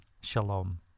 shalom